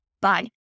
Bye